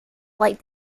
light